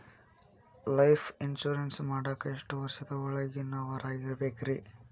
Life insurance ಮಾಡಾಕ ಎಷ್ಟು ವರ್ಷದ ಒಳಗಿನವರಾಗಿರಬೇಕ್ರಿ?